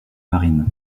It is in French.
marine